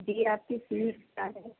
جی آپ کی فیس کیا ہے